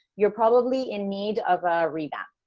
you're probably in need of ah revamp,